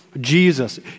Jesus